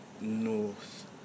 north